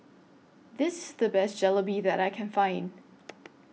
This IS The Best Jalebi that I Can Find